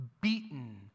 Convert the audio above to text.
beaten